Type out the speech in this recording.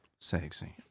Sexy